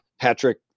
Patrick